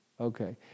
Okay